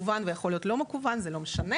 מקוון ויכול להיות לא מקוון זה לא משנה.